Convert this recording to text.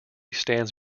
stands